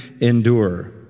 endure